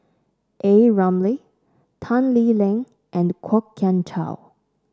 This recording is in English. A Ramli Tan Lee Leng and Kwok Kian Chow